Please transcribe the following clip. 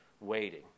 waiting